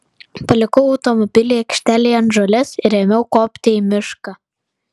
palikau automobilį aikštelėje ant žolės ir ėmiau kopti į mišką